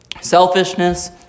selfishness